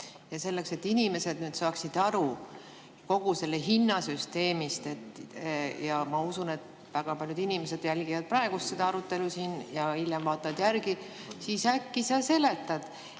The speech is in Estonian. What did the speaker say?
selleks, et inimesed saaksid aru kogu selle hinna süsteemist – ma usun, et väga paljud inimesed jälgivad praegu seda arutelu siin ja hiljem vaatavad järele –, äkki sa seletad,